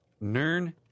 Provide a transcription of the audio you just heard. Nern